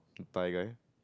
Thai guy